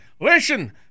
Listen